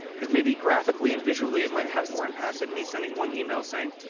because may be graphically and visually it might have more impact than me sending one email saying,